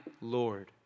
Lord